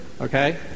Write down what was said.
Okay